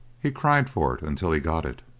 he cried for it until he got it.